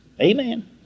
Amen